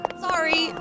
Sorry